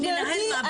גברתי,